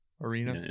arena